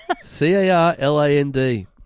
C-A-R-L-A-N-D